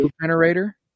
generator